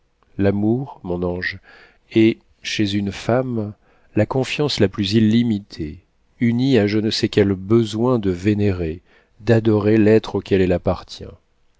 l'amour mon ange est chez une femme la confiance la plus illimitée unie à je ne sais quel besoin de vénérer d'adorer l'être auquel elle appartient